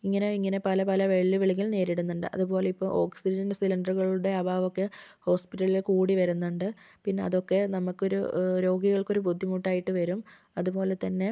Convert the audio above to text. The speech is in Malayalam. ഇങ്ങനെ ഇങ്ങനെ പല പല വെല്ലുവിളികൾ നേരിടുന്നുണ്ട് അത് പോലെ ഇപ്പോൾ ഓക്സിജൻ സിലിണ്ടറുകളുടെ അഭാവക്കെ ഹോസ്പിറ്റലുകളിൽ കൂടി വരുന്നുണ്ട് പിന്നെ അതൊക്കെ നമുക്കൊരു രോഗികൾക്കൊരു ബുദ്ധിമുട്ടായിട്ട് വരും അതുപോലെത്തന്നെ